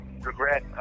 regret